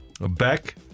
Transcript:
Back